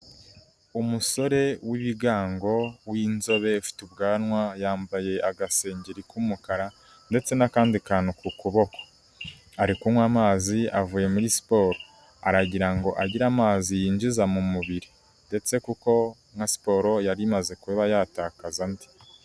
Umusore w'ibigango w'inzobe, ufite ubwanwa, yambaye agasengeri k'umukara, ndetse n'akandi kantu ku kuboko. Ari kunyw’amazi, avuye muri siporo aragira ngo agire amazi yinjiza mu mubiri, ndetse kuko na siporo yari imaze kuba yatakaza andi.